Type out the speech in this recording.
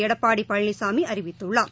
எடப்பாடி பழனிசாமி அறிவித்துள்ளார்